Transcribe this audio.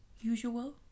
usual